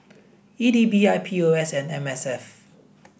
E D B I P O S and M S F